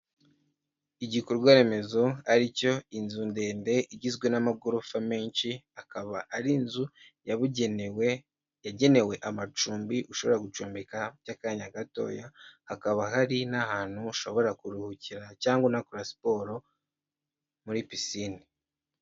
Igikorwa remezo ari cyo inzu ndende igizwe n'amagorofa menshi, akaba ari inzu yabugenewe, yagenewe amacumbi ushobora gucumbika by'akanya gatoya, hakaba hari n'ahantu ushobora kuruhukira cyangwa unakora siporo muri pisine.